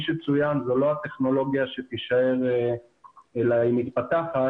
שצוין זאת לא הטכנולוגיה שתישאר אלא היא מתפתחת